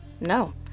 No